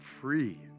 free